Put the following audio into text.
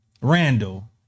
Randall